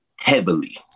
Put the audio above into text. heavily